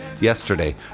yesterday